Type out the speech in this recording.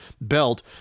belt